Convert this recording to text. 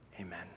Amen